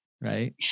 Right